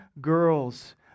girls